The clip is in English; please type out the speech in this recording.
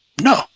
No